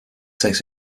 takes